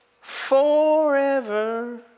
Forever